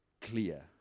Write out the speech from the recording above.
clear